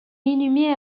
inhumée